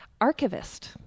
archivist